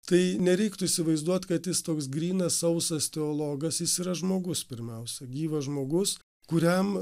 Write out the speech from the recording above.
tai nereiktų įsivaizduot kad jis toks grynas sausas teologas jis yra žmogus pirmiausia gyvas žmogus kuriam